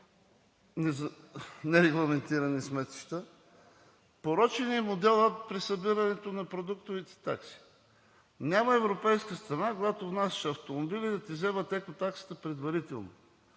нерегламентирани сметища? Порочен е моделът при събирането на продуктовите такси. Няма европейска страна, когато внасяш автомобили, да ти вземат екотаксата предварително.